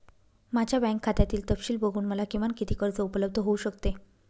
माझ्या बँक खात्यातील तपशील बघून मला किमान किती कर्ज उपलब्ध होऊ शकते?